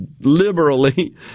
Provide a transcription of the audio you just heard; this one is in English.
liberally